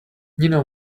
nina